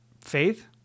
faith